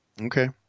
Okay